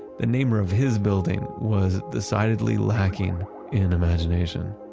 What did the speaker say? the namer of his building was decidedly lacking in imagination.